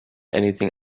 anything